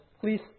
please